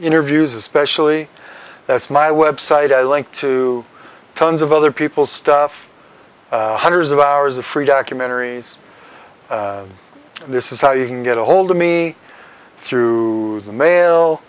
interviews especially that's my website i linked to tons of other people stuff hundreds of hours of free documentaries this is how you can get a hold of me through the mail